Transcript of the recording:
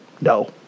No